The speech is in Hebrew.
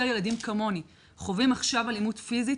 ילדים כמוני חווים עכשיו אלימות פיזית,